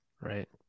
right